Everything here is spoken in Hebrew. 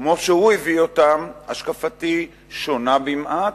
כמו שהוא הביא אותם, השקפתי שונה במעט.